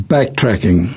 Backtracking